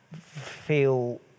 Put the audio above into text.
feel